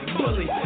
bully